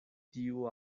tiu